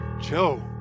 Joe